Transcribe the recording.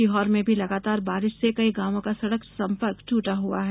सीहोर में भी लगातार बारिश से कई गांवों का सड़क सम्पर्क ट्रटा हुआ है